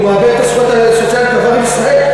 והוא מאבד את הזכויות הסוציאליות בישראל,